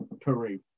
Peru